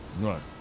Right